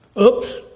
Oops